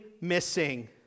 missing